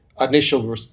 initial